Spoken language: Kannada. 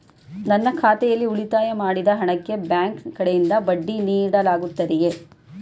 ನನ್ನ ಖಾತೆಯಲ್ಲಿ ಉಳಿತಾಯ ಮಾಡಿದ ಹಣಕ್ಕೆ ಬ್ಯಾಂಕ್ ಕಡೆಯಿಂದ ಬಡ್ಡಿ ನೀಡಲಾಗುತ್ತದೆಯೇ?